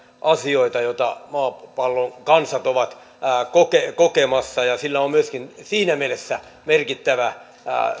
asioita joita maapallon kansat ovat kokemassa ja sillä on myöskin siinä mielessä merkittävä